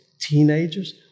teenagers